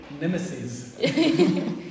nemesis